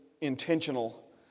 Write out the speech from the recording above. intentional